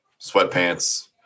sweatpants